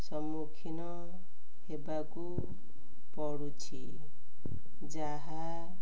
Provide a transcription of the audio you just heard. ସମ୍ମୁଖୀନ ହେବାକୁ ପଡ଼ୁଛି ଯାହା